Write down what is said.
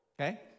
Okay